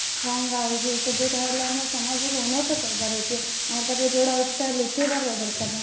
ସଂଗ୍ ଗାଉଛୁ ଏସବୁ ତା'ହେଲେ ଆମ ସମାଜକୁ ଉନ୍ନତ କରିବାର ଅଛି ଆମ ପାଖରେ ଯେଉଁଗୁଡ଼ାକ ଅଛି ତାହା ଲୁଚାଇବାର ଦରକାର ନାହିଁ